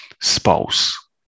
spouse